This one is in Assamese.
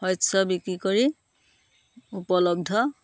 শস্য বিক্ৰী কৰি উপলব্ধ